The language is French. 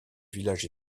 village